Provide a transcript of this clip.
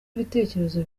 ibitekerezo